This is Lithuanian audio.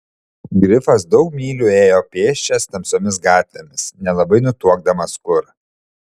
grifas daug mylių ėjo pėsčias tamsiomis gatvėmis nelabai nutuokdamas kur